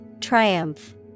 Triumph